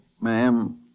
Ma'am